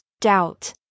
doubt